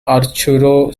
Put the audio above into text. arturo